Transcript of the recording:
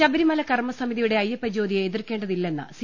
ശബ രി മല കർമ്മ സ മി തി യു ടെ അയ്യ പ്പ ജ്യോതിയെ എതിർക്കേണ്ടതില്ലെന്ന് സി